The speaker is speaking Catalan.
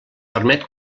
permet